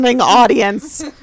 audience